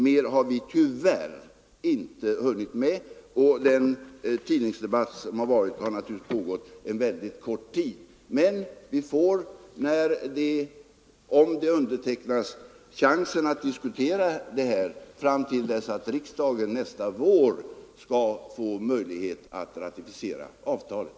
Mer har vi tyvärr inte hunnit med. Tidningsdebatten har naturligtvis pågått mycket kort tid. Men vi får, om överenskommelsen undertecknas, chansen att diskutera den fram till dess att riksdagen nästa vår skall få möjlighet att ratificera avtalet.